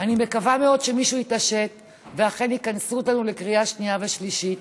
אני מקווה מאוד שמישהו יתעשת ושאכן יכנסו אותנו לקריאה שנייה ושלישית,